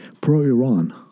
Pro-Iran